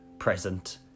present